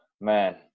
man